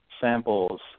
samples